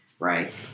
right